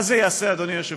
מה זה יעשה, אדוני היושב-ראש?